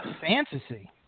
fantasy